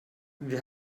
wir